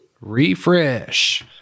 Refresh